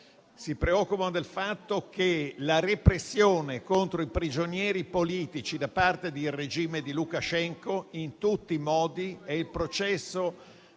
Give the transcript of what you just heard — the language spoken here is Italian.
si preoccupano della repressione contro i prigionieri politici da parte del regime di Lukaschenka in tutti i modi e del processo